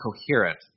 coherent